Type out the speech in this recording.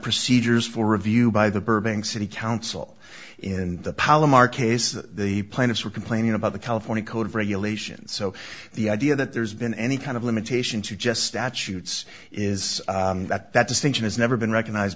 procedures for review by the burbank city council in the palomar case the plaintiffs were complaining about the california code of regulations so the idea that there's been any kind of limitation to just statutes is that that distinction has never been recognized